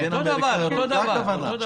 זו הכוונה.